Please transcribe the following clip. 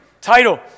title